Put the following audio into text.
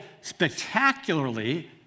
spectacularly